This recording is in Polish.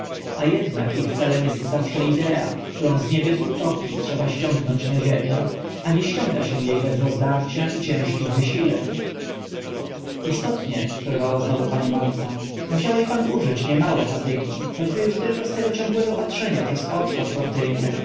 a ednak ich celem est zawsze idea którą z niebios utopii trzeba ściągnąć na ziemię a nie ściąga e się bez rozdarcia i ciężkich wysileń istotnie przerwała znowu pani marta musiałeś pan użyć niemało fatygi choćby uż tylko z tego ciągłego patrzenia przez oczko